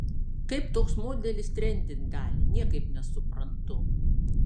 kaip toks modelis trendint gali niekaip nesuprantu